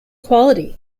quality